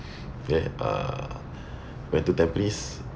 ya uh went to tampines